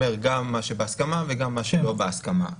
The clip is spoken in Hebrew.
גם מה שבהסכמה וגם מה שלא בהסכמה.